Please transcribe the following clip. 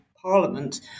parliament